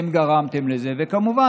כמובן,